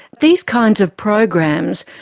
these kinds of programs,